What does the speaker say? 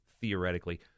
theoretically